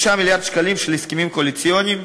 9 מיליארד שקלים של הסכמים קואליציוניים,